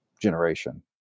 generation